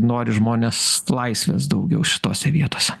nori žmonės laisvės daugiau šitose vietose